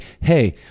hey